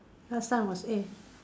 last time was A